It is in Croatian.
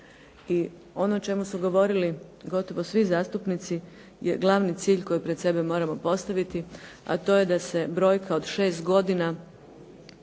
I ono o čemu su govorili gotovo svi zastupnici je glavni cilj koji pred sebe moramo postaviti a to je da se brojka od 6 godina